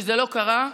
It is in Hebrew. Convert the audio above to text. זה לא קרה,